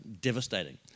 devastating